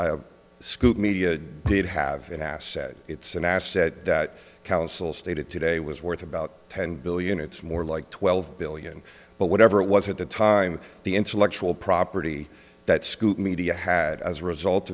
the scoop media did have an asset it's an asset that council stated today was worth about ten billion it's more like twelve billion but whatever it was at the time the intellectual property that scoop media had as a result